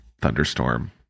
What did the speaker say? thunderstorm